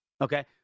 okay